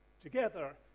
Together